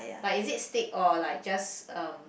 like is it steak or like just um